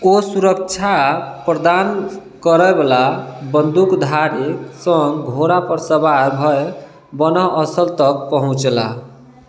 ओ सुरक्षा प्रदान करएवला बन्दूकधारीक सङ्ग घोड़ा पर सवार भए बान्ह स्थल तक पहुँचलाह